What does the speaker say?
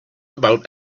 about